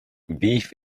beef